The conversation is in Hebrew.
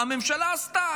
הממשלה עשתה,